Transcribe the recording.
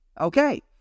okay